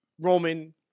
Roman